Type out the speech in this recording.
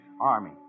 Army